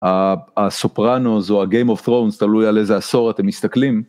ה.. הסופרנוס או הgame of thrones תלוי על איזה עשור אתם מסתכלים.